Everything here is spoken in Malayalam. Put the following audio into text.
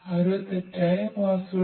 ആരോ തെറ്റായ പാസ്വേഡ്